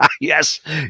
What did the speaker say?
Yes